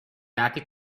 attic